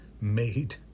made